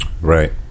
Right